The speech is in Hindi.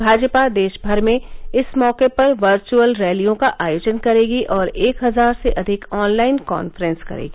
भाजपा देशभर में इस मौके पर वर्वअल रैलियों का आयोजन करेगी और एक हजार से अधिक ऑनलाइन काफ्रेंस करेगी